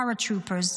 paratroopers.